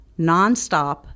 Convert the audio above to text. nonstop